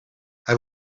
hij